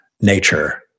nature